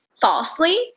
Falsely